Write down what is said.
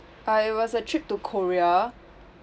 uh it was a trip to korea